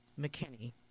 McKinney